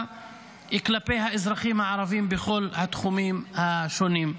כלפי האזרחים הערבים בכל התחומים השונים.